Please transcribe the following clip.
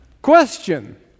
Question